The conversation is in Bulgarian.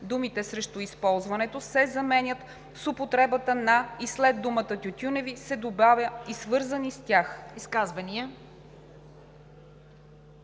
думите „срещу използването“ се заменят с „на употребата“ и след думата „тютюневи“ се добавя „и свързани с тях“.“